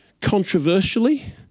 controversially